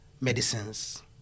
medicines